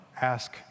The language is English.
Ask